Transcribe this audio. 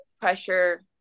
pressure